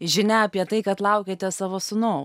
žinia apie tai kad laukiate savo sūnau